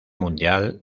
mundial